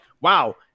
wow